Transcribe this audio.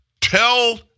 tell